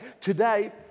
Today